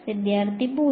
വിദ്യാർത്ഥി 0